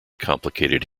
complicated